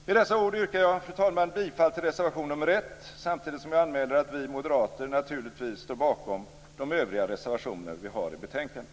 Med dessa ord yrkar jag, fru talman, bifall till reservation nr 1, samtidigt som jag anmäler att vi moderater naturligtvis står bakom de övriga reservationer vi har fogat till betänkandet.